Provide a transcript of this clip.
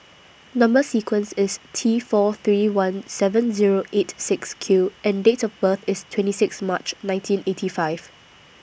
Number sequence IS T four three one seven Zero eight six Q and Date of birth IS twenty six March nineteen eighty five